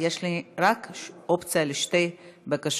יש לי אופציה רק לשתי בקשות.